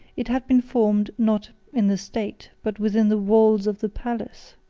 it had been formed, not in the state, but within the walls of the palace.